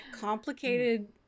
complicated